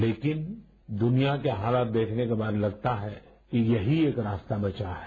लेकिन दुनिया के हालात देखने के बाद लगता है कि यही एक रास्प्ता बचा है